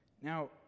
Now